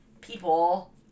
people